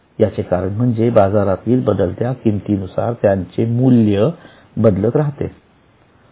याचे कारण म्हणजे बाजारातील बदलत्या किमतीनुसार त्यांचे मूल्य बदलत राहते